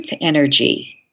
energy